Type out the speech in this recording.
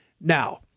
Now